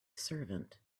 servant